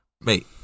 mate